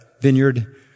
vineyard